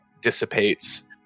dissipates